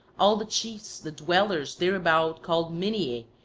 all the chiefs the dwellers thereabout called minyae,